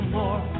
more